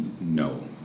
no